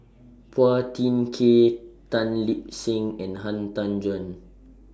Phua Thin Kiay Tan Lip Seng and Han Tan Juan